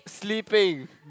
sleeping